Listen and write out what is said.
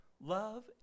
love